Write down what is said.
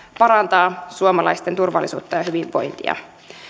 parantaa suomalaisten turvallisuutta ja hyvinvointia